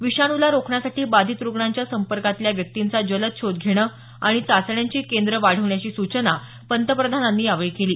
विषाणूला रोखण्यासाठी बाधित रुग्णांच्या संपर्कातल्या व्यक्तींचा जलद शोध घेणं आणि चाचण्यांची केंद्रं वाढवण्याची सूचना पंतप्रधानांनी यावेळी केली